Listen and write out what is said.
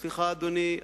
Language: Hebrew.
סליחה, אדוני,